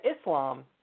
Islam